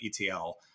ETL